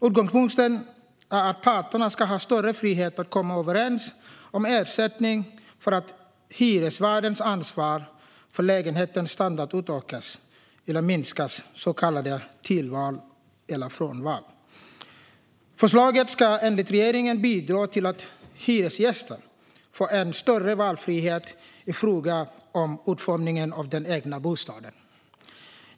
Utgångspunkten är att parterna ska ha större frihet att komma överens om ersättning för att hyresvärdens ansvar för lägenhetens standard utökas eller minskas, så kallade tillval eller frånval. Förslaget ska enligt regeringen bidra till att hyresgäster får en större valfrihet i fråga om utformningen av den egna bostaden.